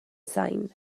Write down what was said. sain